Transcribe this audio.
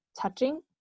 touching